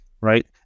right